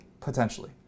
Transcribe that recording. Potentially